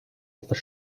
etwas